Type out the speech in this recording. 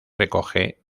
recoge